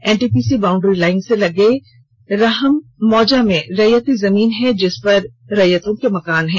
NTPC boundary line से सटे राहम मौजा में रैयती जमीन है जिसपर रैयतों के मकान हैं